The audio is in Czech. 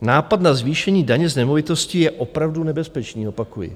Nápad na zvýšení daně z nemovitostí je opravdu nebezpečný, opakuji.